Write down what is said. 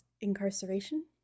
incarceration